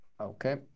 okay